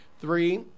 Three